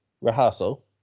rehearsal